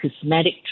cosmetic